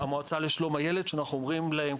למועצה לשלום הילד שאנחנו אומרים להם,